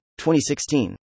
2016